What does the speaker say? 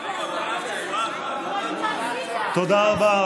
תודה רבה.